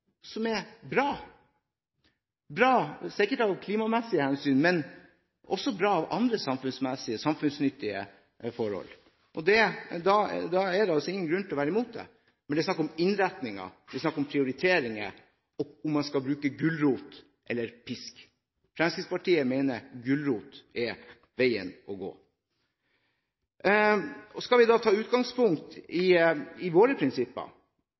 som er bra – bra sikkert av klimamessige hensyn, men også bra ut fra andre samfunnsnyttige forhold. Da er det altså ingen grunn til å være imot det. Men det er snakk om innretningen, det er snakk om prioriteringer, og om man skal bruke gulrot eller pisk. Fremskrittspartiet mener gulrot er veien å gå. Skal vi da ta utgangspunkt i våre prinsipper